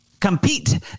Compete